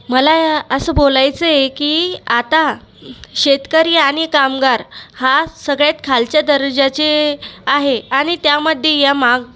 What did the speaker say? मला या असं बोलायचंय की आता शेतकरी आणि कामगार हा सगळ्यात खालच्या दर्जाचे आहे आणि त्यामध्ये या माग